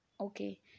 okay